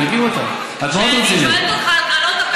אני מכיר אותך, את